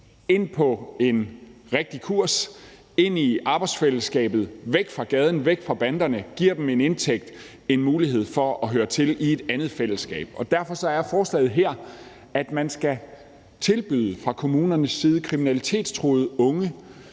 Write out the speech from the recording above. ind på ret kurs og ind i arbejdsfællesskabet og væk fra gaden og væk fra banderne og give dem en indtægt og en mulighed for at høre til i et andet fællesskab. Derfor er forslaget her, at man fra kommunernes side skal tilbyde kriminalitetstruede unge